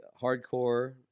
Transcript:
hardcore